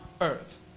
Earth